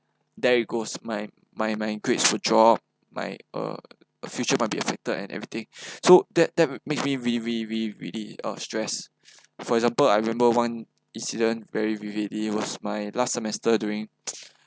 there goes my my my grades withdraw my uh a future might be affected and everything so that that makes me re~ re~ re~ really uh stress for example I remember one incident very vividly was my last semester during